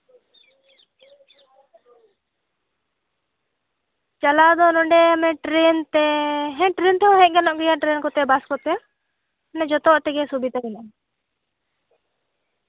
ᱪᱟᱞᱟᱣ ᱫᱚ ᱚᱸᱰᱮ ᱴᱨᱮᱹᱱ ᱛᱮ ᱴᱨᱮᱹᱱ ᱛᱮᱦᱚᱸ ᱦᱮᱡ ᱜᱟᱱᱚᱜ ᱜᱮᱭᱟ ᱴᱨᱮᱹᱱ ᱠᱚᱛᱮ ᱵᱟᱥ ᱠᱚᱛᱮ ᱢᱟᱱᱮ ᱡᱷᱚᱛᱚ ᱛᱮᱜᱮ ᱥᱩᱵᱤᱫᱟ ᱢᱮᱱᱟᱜᱼᱟ